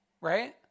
right